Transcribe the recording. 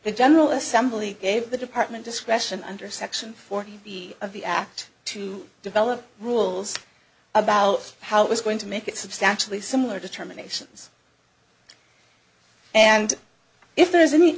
the general assembly gave the department discretion under section forty b of the act to develop rules about how it was going to make it substantially similar determinations and if there's any